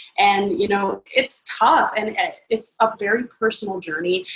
and you know it's tough, and it's a very personal journey.